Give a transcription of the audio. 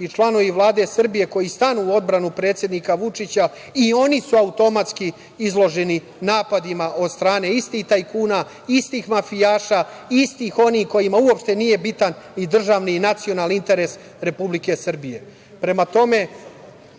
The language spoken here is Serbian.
i članovi Vlade Srbije koji stanu u odbranu predsednika Vučića i oni su automatski izloženi napadima od strane istih tajkuna, istih mafijaša, istih onima koji uopšte nije bitan i državni i nacionalni interes Republike Srbije. Prema tome,